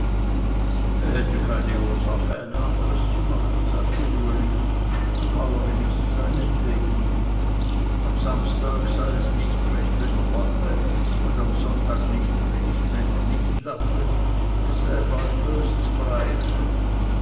hätte keine ursache ein anderes zu machen sagte uli am allerwenigsten seinetwegen am samstag sei es nicht recht wenn er lache und am sonntag nicht recht wenn er nicht lache es sei bald